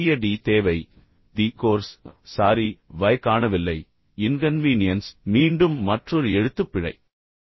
ஒரு சிறிய டி தேவை தி கோர்ஸ் சாரி y காணவில்லை இன்கன்வீனியன்ஸ் மீண்டும் மற்றொரு எழுத்துப்பிழை